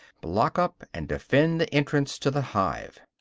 block up and defend the entrance to the hive.